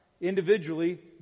individually